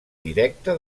directa